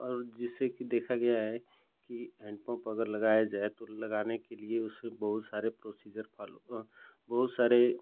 और जैसे कि देखा गया है कि हैन्डपम्प अगर लगाया जाए तो लगाने के लिए उसमें बहुत सारे प्रोसीज़र फ़ॉलो बहुत सारे